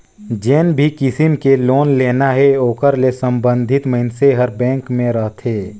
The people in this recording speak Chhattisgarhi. जेन भी किसम के लोन लेना हे ओकर ले संबंधित मइनसे हर बेंक में रहथे